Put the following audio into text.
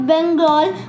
Bengal